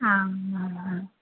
आम् आम्